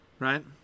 Right